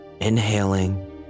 inhaling